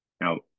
Now